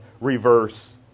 reverse